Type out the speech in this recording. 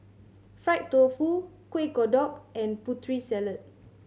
fried tofu Kueh Kodok and Putri Salad